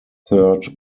third